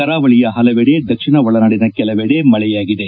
ಕರಾವಳಿಯ ಹಲವೆಡೆ ದಕ್ಷಿಣ ಒಳನಾಡಿನ ಕೆಲವೆಡೆ ಮಳೆಯಾಗಿದೆ